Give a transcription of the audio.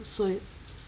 所以